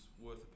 worth